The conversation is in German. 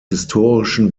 historischen